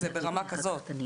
זה ברמה כזאת.